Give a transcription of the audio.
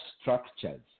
structures